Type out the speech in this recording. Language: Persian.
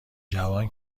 جوان